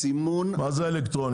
מה זה אלקטרוני?